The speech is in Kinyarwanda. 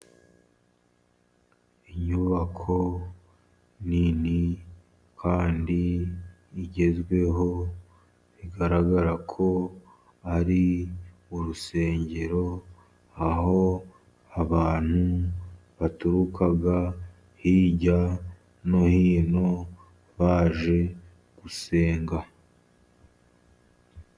Inyubako nini kandi igezweho bigaragara ko ari urusengero, aho abantu baturukaga hirya no hino baje gusenga.